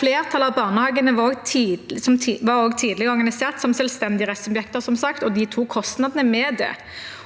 Flertallet av barnehagene var, som sagt, også tidligere organisert som selvstendige rettssubjekter, og de tok kostnadene med det.